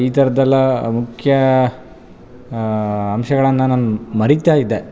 ಆ ಈ ಥರದೆಲ್ಲ ಮುಖ್ಯ ಅಂಶಗಳನ್ನು ನಾನು ಮರಿತಾ ಇದ್ದೇ